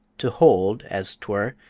to hold, as twere,